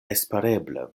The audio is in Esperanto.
espereble